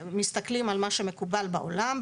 מסתכלים על מה שמקובל בעולם,